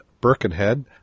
Birkenhead